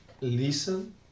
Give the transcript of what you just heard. listen